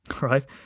right